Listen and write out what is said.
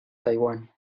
taiwan